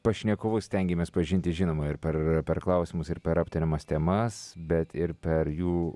pašnekovus stengiamės pažinti žinoma ir per per klausimus ir per aptariamas temas bet ir per jų